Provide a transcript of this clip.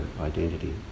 identity